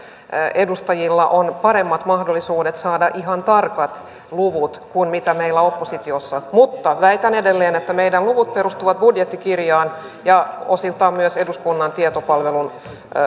edustajilla on paremmat mahdollisuudet saada ihan tarkat luvut kuin meillä oppositiossa mutta väitän edelleen että meidän lukumme perustuvat budjettikirjaan ja osiltaan myös eduskunnan tietopalvelun